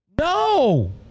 No